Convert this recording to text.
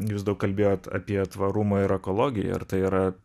jūs daug kalbėjot apie tvarumą ir ekologiją ir tai yra